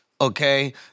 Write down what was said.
Okay